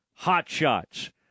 hotshots